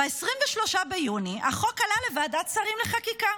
ב-23 ביוני, החוק עלה לוועדת שרים לחקיקה.